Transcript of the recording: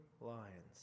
lions